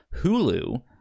hulu